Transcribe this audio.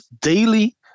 daily